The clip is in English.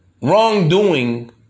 Wrongdoing